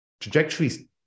trajectories